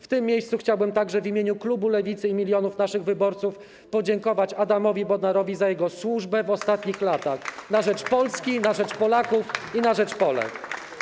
W tym miejscu chciałbym także w imieniu klubu Lewicy i milionów naszych wyborców podziękować Adamowi Bodnarowi za jego służbę w ostatnich latach: na rzecz Polski, na rzecz Polaków i na rzecz Polek.